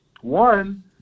One